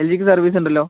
L ജിക്ക് സെർവീസുണ്ടല്ലോ